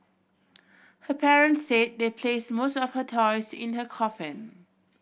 her parents said they placed most of her toys in her coffin